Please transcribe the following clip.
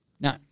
No